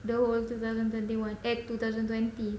the whole two thousand twenty one eh two thousand twenty